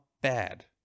bad